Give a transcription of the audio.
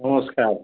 ନମସ୍କାର